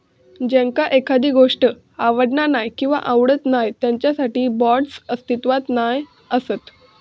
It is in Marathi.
ज्यांका एखादी गोष्ट आवडना नाय किंवा आवडत नाय त्यांच्यासाठी बाँड्स अस्तित्वात नाय असत